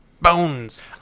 Bones